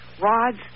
rods